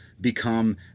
become